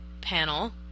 panel